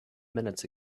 minutes